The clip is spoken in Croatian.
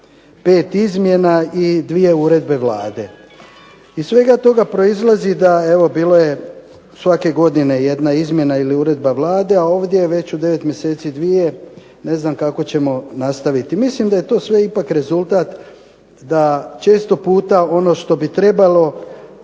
5 izmjene i dvije uredbe Vlade. Iz svega toga proizlazi bilo je svake godine jedna uredba Vlade ili jedna izmjena, a ovdje je već u 9 mjeseci dvije, ne znam kako ćemo nastaviti. Mislim da je sve to ipak rezultat, da često puta ono što bi trebalo